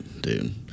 Dude